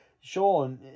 sean